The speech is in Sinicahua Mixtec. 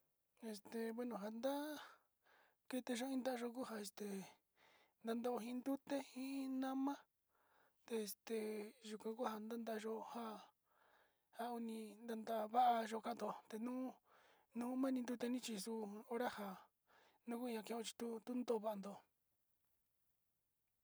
Este bueno njanda kete yó kondato ndoja he nando iin nduté, iin nama este yuku kua nandayó nja njauni na'a nda va'á yo'ó ka'a tó nuu numandi nrute nii chexó ho hora nja nuu kua ninen chinxeo tundo vandó.